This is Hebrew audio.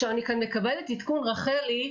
אני כאן מקבלת עדכון רחלי,